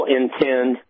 intend